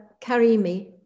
Karimi